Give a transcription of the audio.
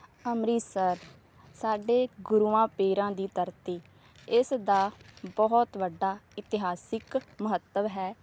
ਅੰਮ੍ਰਿਤਸਰ ਸਾਡੇ ਗੁਰੂਆਂ ਪੀਰਾਂ ਦੀ ਧਰਤੀ ਇਸ ਦਾ ਬਹੁਤ ਵੱਡਾ ਇਤਿਹਾਸਿਕ ਮਹੱਤਵ ਹੈ